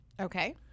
Okay